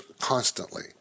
constantly